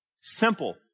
Simple